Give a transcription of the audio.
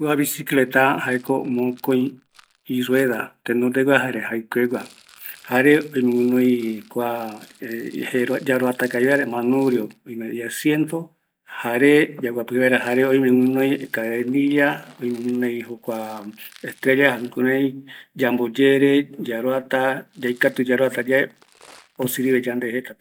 Kua bicicleta jaeko mokoï iruera, tenonegua jare jaikuegua, jare oime guinoi kua yaroata kavi vaera manubrio, oime ia siento yaguapi vaera, jare oime guinoi cadenilla, oime guinoi estrella jukurai yamboyere, yaikatu kavi yave osirive yandeve jeta